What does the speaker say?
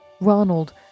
Ronald